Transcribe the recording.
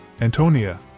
antonia